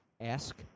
ask